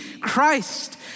Christ